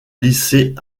lycée